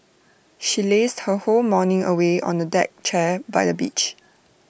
she lazed her whole morning away on A deck chair by the beach